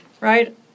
right